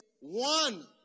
one